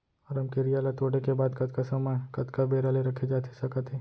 रमकेरिया ला तोड़े के बाद कतका समय कतका बेरा ले रखे जाथे सकत हे?